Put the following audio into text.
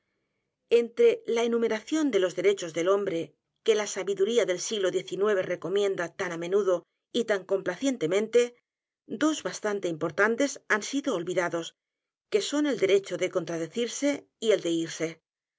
e la enumeración de los derechos del hombre que la sabiduría del siglo xix recomienda tan á menudo y tan complacientemente dos bastante importantes han sido olvidados que son el derecho de contradecirse y el de irse